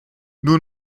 nur